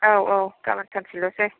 औ औ गाबोन सानसेल'सै